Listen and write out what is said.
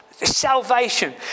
salvation